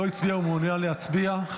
לא הצביע ומעוניין להצביע?